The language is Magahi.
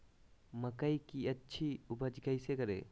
मकई की अच्छी उपज कैसे करे?